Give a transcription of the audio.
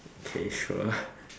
okay sure